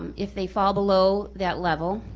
if they fall below that level,